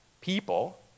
people